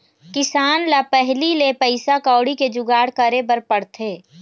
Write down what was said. किसान ल पहिली ले पइसा कउड़ी के जुगाड़ करे बर पड़थे